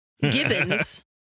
Gibbons